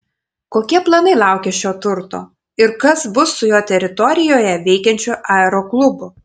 kokie planai laukia šio turto ir kas bus su jo teritorijoje veikiančiu aeroklubu